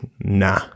nah